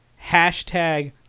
Hashtag